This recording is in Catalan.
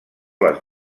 les